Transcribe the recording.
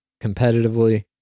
competitively